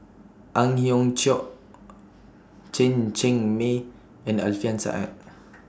Ang Hiong Chiok Chen Cheng Mei and Alfian Sa'at